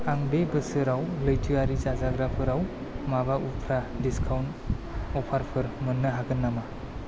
आं बे बोसोराव लैथोआरि जाजाग्राफोराव माबा उफ्रा डिसकाउन्ट अफारफोर मोन्नो हागोन नामा